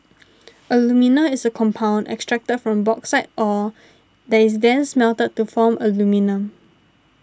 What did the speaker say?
alumina is a compound extracted from bauxite ore that is then smelted to form aluminium